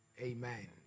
Amen